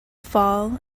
fall